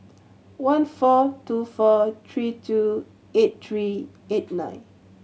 one four two four three two eight three eight nine